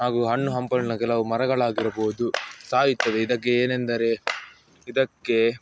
ಹಾಗೂ ಹಣ್ಣು ಹಂಪಲನ ಕೆಲವು ಮರಗಳಾಗಿರಬೋದು ಸಾಯುತ್ತವೆ ಇದಕ್ಕೆ ಏನೆಂದರೆ ಇದಕ್ಕೆ